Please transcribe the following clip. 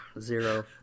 Zero